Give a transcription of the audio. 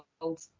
world